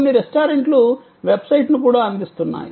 కొన్ని రెస్టారెంట్లు వెబ్సైట్ను కూడా అందిస్తున్నాయి